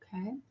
Okay